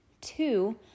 Two